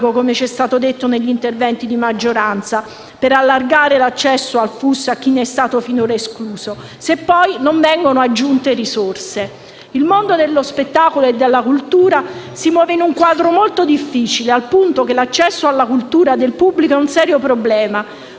come ci è stato detto negli interventi di maggioranza, per allargare l'accesso al FUS a chi ne è stato fin'ora escluso, se poi non vengono aggiunte risorse. Il mondo dello spettacolo e della cultura si muove in un quadro molto difficile, al punto che l'accesso alla cultura del pubblico è un serio problema.